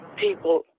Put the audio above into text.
people